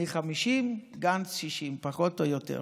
אני, 50, וגנץ, 60, פחות או יותר.